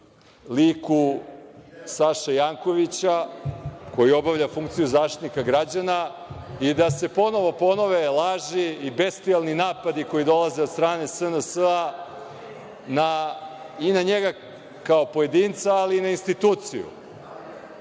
liku Saše Jankovića koji obavlja funkciju Zaštitnika građana i da se ponovo ponove laži i bestijalni napadi koji dolaze od strane SNS-a i na njega pojedinca, ali i na instituciju